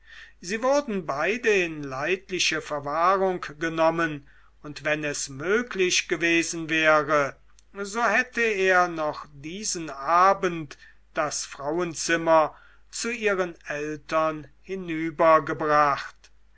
sie wurden beide in leidliche verwahrung genommen und wenn es möglich gewesen wäre so hätte er noch diesen abend das frauenzimmer zu ihren eltern